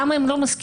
למה הם לא מסכימים?